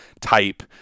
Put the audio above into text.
type